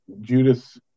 Judas